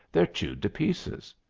they're chewed to pieces.